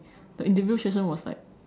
the interview session was like